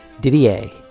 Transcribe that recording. didier